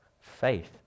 Faith